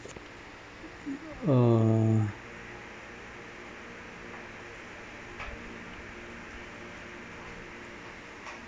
err